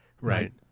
right